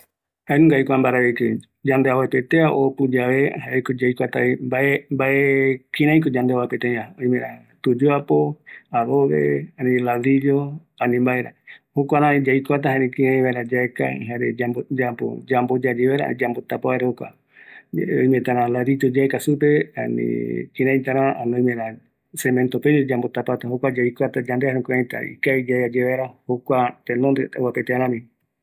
Kua jaenungavi, tenonde aikuata seovapetea aikuata tuyuapoño, adobe, ani ladrillo, jayave aikuata aeka ayapokavi vaera, aeya ye vaera opu mbae